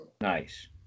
nice